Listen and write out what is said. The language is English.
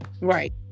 Right